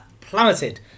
plummeted